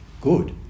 good